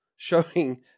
showing